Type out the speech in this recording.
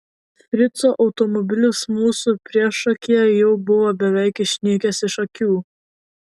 frico automobilis mūsų priešakyje jau buvo beveik išnykęs iš akių